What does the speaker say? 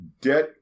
Debt